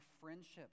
friendships